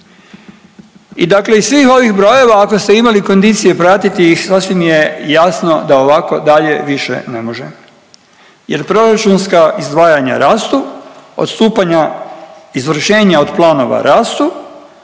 I dakle iz svih ovih brojeva ako ste imali kondicije pratiti ih sasvim je jasno da ovako dalje više ne može jer proračunska izdvajanja rastu, odstupanja izvršenja od planova rastu,